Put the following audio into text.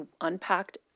unpacked